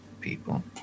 people